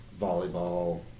volleyball